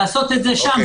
לעשות את זה שם.